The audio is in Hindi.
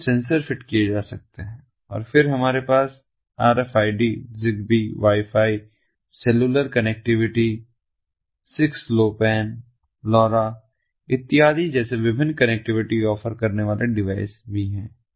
विभिन्न सेंसर फिट किए जा सकते हैं और फिर हमारे पास R F I D Zigbee wifi cellular connectivity 6 LoWPAN LoRa इत्यादि जैसे विभिन्न कनेक्टिविटी ऑफ़र करने वाले डिवाइस भी हैं